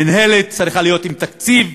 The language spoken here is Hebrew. מינהלת צריכה להיות עם תקציב,